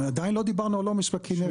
עדיין לא דיברנו על עומס בכנרת.